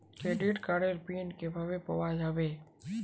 Credit কার্ডের PIN কিভাবে পাওয়া যাবে?